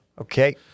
Okay